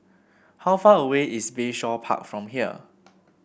how far away is Bayshore Park from here